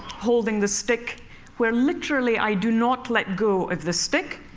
holding the stick where literally i do not let go of the stick